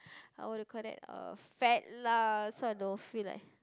I would've called that uh fat lah so I don't feel like